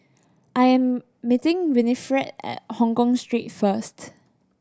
I am meeting Winifred at Hongkong Street first